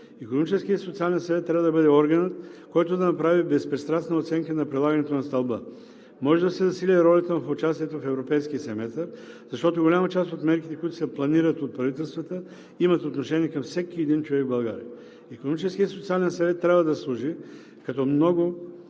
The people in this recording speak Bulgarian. Икономическият и социален съвет трябва да бъде органът, който да направи безпристрастна оценка на прилагането на стълба. Може да се засили ролята му в участието в Европейския семестър, защото голяма част от мерките, които се планират от правителствата, имат отношение към всеки един човек в България. Икономическият и социален съвет трябва да служи като много